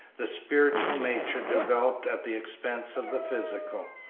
the spiritual nature developed at the expense of the physical.